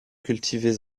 cultivées